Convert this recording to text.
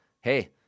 hey